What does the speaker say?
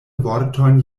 vortojn